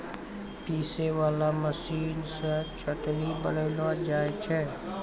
पीसै वाला मशीन से चटनी बनैलो जाय छै